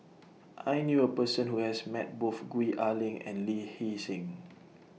I knew A Person Who has Met Both Gwee Ah Leng and Lee Hee Seng